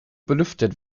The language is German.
belüftet